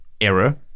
error